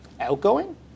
outgoing